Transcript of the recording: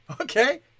Okay